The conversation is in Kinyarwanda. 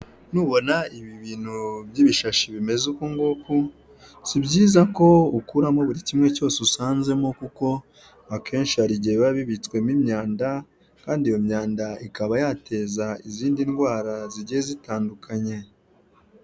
Nubona ibi bintu by'ibishashi bimeze uku nguku, si byiza ko ukuramo buri kimwe cyose usanzemo; kuko akenshi hari igihe biba bibitswemo imyanda kandi iyo myanda ikaba yateza izindi ndwara zigiye zitandukanye.